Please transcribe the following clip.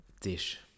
dish